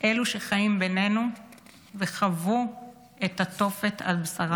אלו שחיים בינינו וחוו את התופת על בשרם,